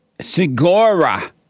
Segura